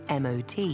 MOT